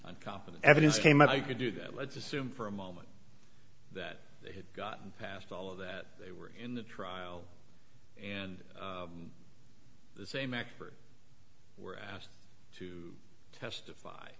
company evidence came out i could do that let's assume for a moment that they had gotten past all of that they were in the trial and the same experts were asked to testify